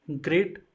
great